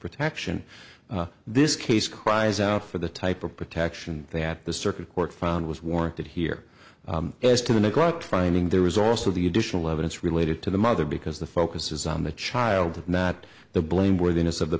protection this case cries out for the type of protection that the circuit court found was warranted here as to the clock finding there was also the additional evidence related to the mother because the focus is on the child not the